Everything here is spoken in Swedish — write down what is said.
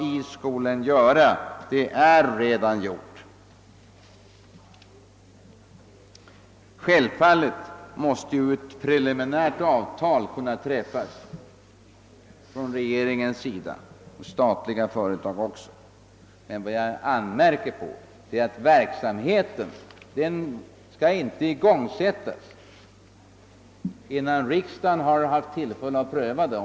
I herredagsmän, resen icke så fort!» Självfallet måste ett preliminärt avtal kunna träffas av regeringen, men vad jag anmärker på är att verksamheten inte skall igångsättas förrän riksdagen har haft tillfälle att pröva frågan.